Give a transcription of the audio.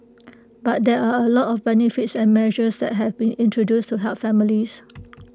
but there are A lot of benefits and measures that have been introduced to help families